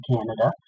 Canada